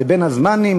בבין-הזמנים,